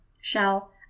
shall